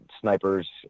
snipers